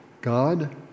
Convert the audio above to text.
God